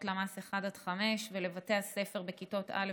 הלמ"ס 1 עד 5 ולבתי הספר בכיתות א'-ב'